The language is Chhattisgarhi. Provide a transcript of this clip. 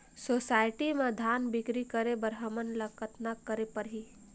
सोसायटी म धान बिक्री करे बर हमला कतना करे परही?